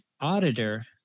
auditor